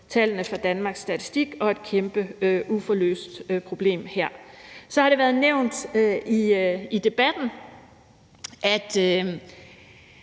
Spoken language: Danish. tallene fra Danmarks Statistik og et kæmpe uløst problem her. Så har det været nævnt i debatten, at